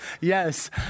Yes